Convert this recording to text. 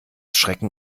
schrecken